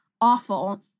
awful